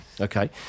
okay